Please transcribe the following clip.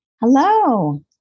Hello